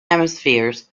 hemispheres